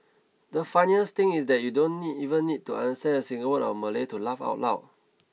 the funniest thing is that you don't need even need to understand a single word of Malay to laugh out loud